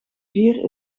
vier